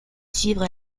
suivre